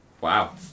Wow